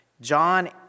John